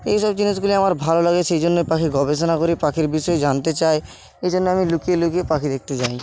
এই সব জিনিসগুলি আমার ভালো লাগে সেই জন্য পাখির গবেষণা করি পাখির বিষয়ে জানতে চাই এই জন্যে আমি লুকিয়ে লুকিয়ে পাখি দেখতে যাই